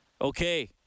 Okay